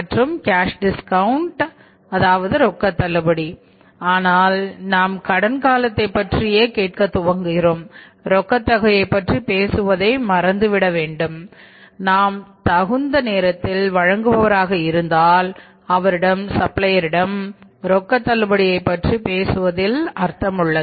மற்றும் cash discount இடம் ரொக்க தள்ளுபடியை பற்றி பேசுவதில் அர்த்தம் உள்ளது